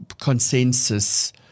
consensus